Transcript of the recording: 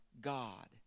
God